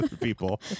people